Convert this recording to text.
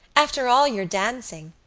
after all your dancing.